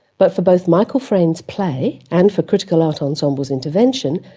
but for both michael frayn's play and for critical art ensemble's intervention,